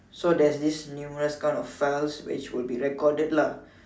so there's this numerous kind of files which will be recorded lah